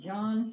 John